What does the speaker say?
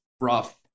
rough